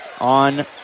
on